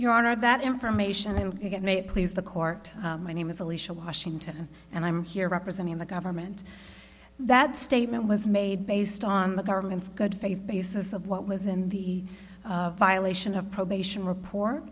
your honor that information and it may please the court my name is alicia washington and i'm here representing the government that statement was made based on the government's good faith basis of what was in the violation of probation report